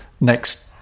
next